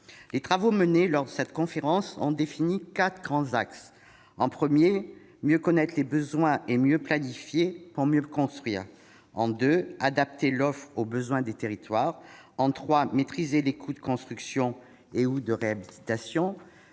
Les travaux menés lors de cette conférence ont défini quatre grands axes : mieux connaître les besoins et mieux planifier pour mieux construire ; adapter l'offre aux besoins des territoires ; maîtriser les coûts de construction ou de réhabilitation